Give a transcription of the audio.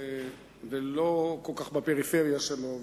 ולא כל כך בפריפריה שלו.